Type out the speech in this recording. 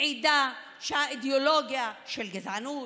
מעידה שהאידיאולוגיה של גזענות,